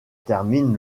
termine